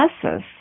classes